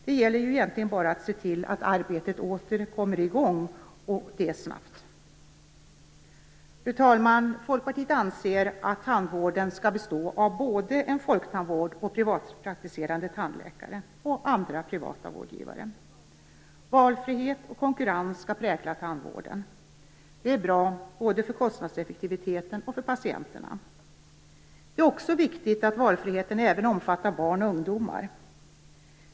Det gäller ju egentligen bara att se till att arbetet åter kommer i gång, och det snabbt. Fru talman! Folkpartiet anser att tandvården skall bestå av både en folktandvård och en privatpraktiserande tandläkare och andra privata vårdgivare. Valfrihet och konkurrens skall prägla tandvården. Det är bra både för kostnadseffektiviteten och för patienterna. Det är också viktigt att valfriheten även omfattar barn och ungdomar.